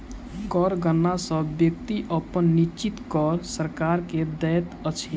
कर गणना सॅ व्यक्ति अपन निश्चित कर सरकार के दैत अछि